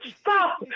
Stop